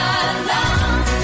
alone